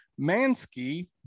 Mansky